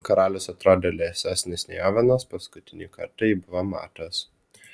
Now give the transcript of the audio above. karalius atrodė liesesnis nei ovenas paskutinį kartą jį buvo matęs